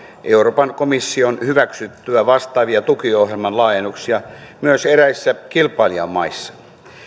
euroopan komission hyväksyttyä vastaavia tukiohjelman laajennuksia myös eräissä kilpailijamaissa